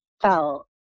felt